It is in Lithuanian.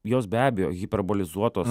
jos be abejo hiperbolizuotos